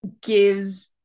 gives